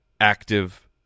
active